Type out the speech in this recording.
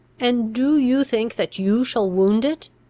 and do you think that you shall wound it?